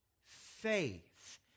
faith